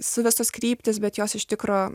suvestos kryptys bet jos iš tikro